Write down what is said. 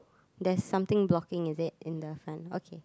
there's something blocking is it in the front okay